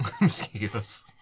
Mosquitoes